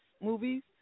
movies